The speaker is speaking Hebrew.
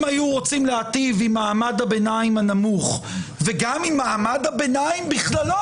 אם היו רוצים להיטיב עם מעמד הביניים הנמוך וגם עם מעמד הביניים בכללו,